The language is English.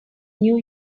new